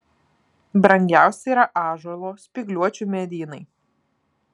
brangiausi yra ąžuolo spygliuočių medynai